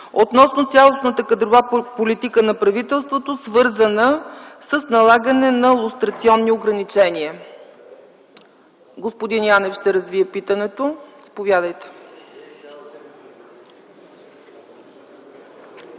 относно цялостната кадрова политика на правителството, свързана с налагане на лустрационни ограничения. Господин Янев ще развие питането. Заповядайте.